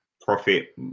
profit